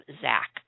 Zach